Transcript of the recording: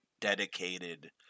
dedicated